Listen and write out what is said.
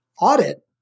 audit